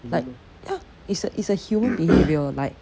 like ya it's a it's a human behaviour like